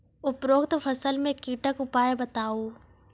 उपरोक्त फसल मे कीटक उपाय बताऊ?